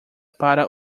para